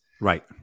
Right